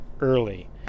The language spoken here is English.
early